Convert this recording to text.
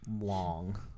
long